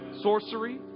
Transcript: sorcery